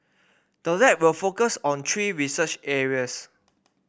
the lab will focus on three research areas